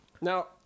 Now